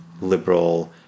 liberal